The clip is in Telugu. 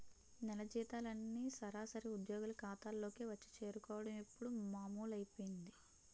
నెల జీతాలన్నీ సరాసరి ఉద్యోగుల ఖాతాల్లోకే వచ్చి చేరుకోవడం ఇప్పుడు మామూలైపోయింది